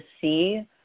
see